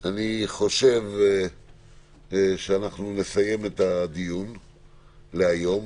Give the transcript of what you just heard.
אני חושב שאנחנו נסיים את הדיון להיום.